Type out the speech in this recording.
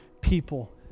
people